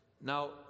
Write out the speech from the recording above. Now